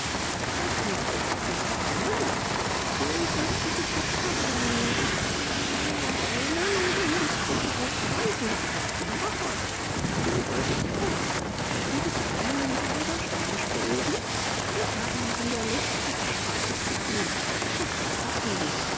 was nicht ist könnte kommen sie könnten sich doch verbrennen sich dann an meine worte erinnern und indiskret darauf verweisen ich bin aber vorsichtig und darum beuge ich vor werden sie bald einmal wieder unsern stammtisch beehren ich habe noch in der lützowstraße zu tun und muß rechts abbiegen